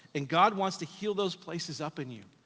and god wants to heal those places up in you.